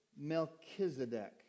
Melchizedek